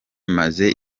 maze